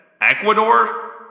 Ecuador